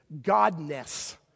godness